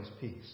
peace